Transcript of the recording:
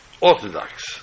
Orthodox